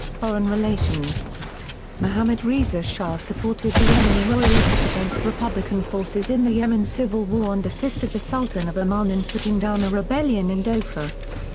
foreign relations mohammad reza shah supported the yemeni royalists against republican forces in the yemen civil war and assisted the sultan of oman in putting down a rebellion in dhofar.